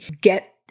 get